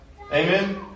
Amen